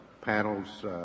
panel's